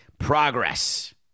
Progress